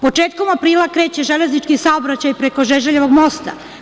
Početkom aprila kreće železnički saobraćaj preko Žeželjevog mosta.